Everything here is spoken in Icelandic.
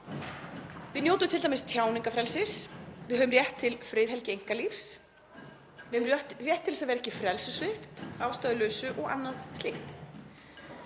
Við njótum t.d. tjáningarfrelsis. Við höfum rétt til friðhelgi einkalífs, höfum rétt til þess að vera ekki frelsissvipt að ástæðulausu og annað slíkt.